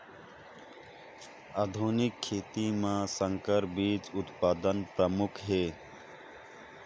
आधुनिक खेती म संकर बीज उत्पादन प्रमुख हे